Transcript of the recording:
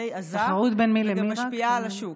די עזה וגם משפיעה על השוק.